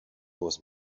was